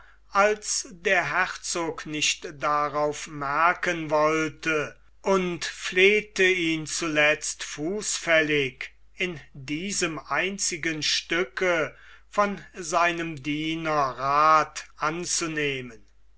als der herzog nicht darauf merken wollte und flehte ihn zuletzt fußfällig in diesem einzigen stücke von seinem diener rath anzunehmen